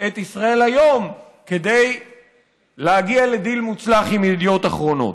את ישראל היום כדי להגיע לדיל מוצלח עם ידיעות אחרונות.